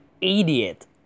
idiot